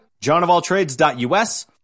johnofalltrades.us